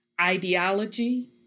ideology